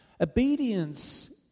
Obedience